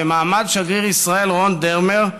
במעמד שגריר ישראל רון דרמר,